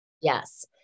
Yes